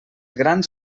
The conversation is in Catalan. grans